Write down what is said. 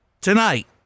tonight